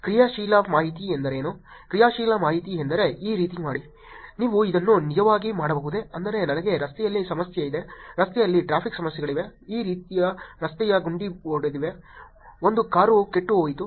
ಕ್ರಿಯಾಶೀಲ ಮಾಹಿತಿ ಎಂದರೇನು ಕ್ರಿಯಾಶೀಲ ಮಾಹಿತಿ ಎಂದರೆ ಈ ರೀತಿ ಮಾಡಿ ನೀವು ಇದನ್ನು ನಿಜವಾಗಿ ಮಾಡಬಹುದೇ ಅಂದರೆ ನನಗೆ ರಸ್ತೆಯಲ್ಲಿ ಸಮಸ್ಯೆ ಇದೆ ರಸ್ತೆಯಲ್ಲಿ ಟ್ರಾಫಿಕ್ ಸಮಸ್ಯೆಗಳಿವೆ ಈ ರಸ್ತೆಯಲ್ಲಿ ಗುಂಡಿ ಒಡೆದಿದೆ ಒಂದು ಕಾರು ಕೆಟ್ಟುಹೋಯಿತು